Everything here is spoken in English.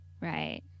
right